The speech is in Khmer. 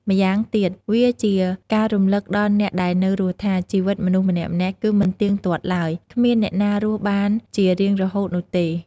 ម្យ៉ាងទៀត វាជាការរំលឹកដល់អ្នកដែលនៅរស់ថា ជីវិតមនុស្សម្នាក់ៗគឺមិនទៀងទាត់ឡើយ គ្មានអ្នកណារស់បានជារៀងរហូតនោះទេ។